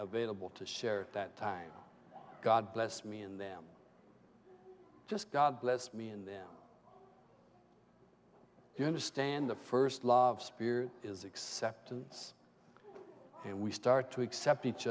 available to share that time god bless me in them just god blessed me in them you understand the first love spirit is acceptance and we start to accept each